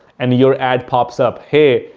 and your ad pops up, hey,